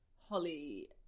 Holly